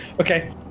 Okay